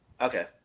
Okay